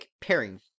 pairing